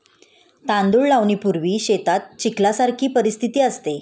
तांदूळ लावणीपूर्वी शेतात चिखलासारखी परिस्थिती असते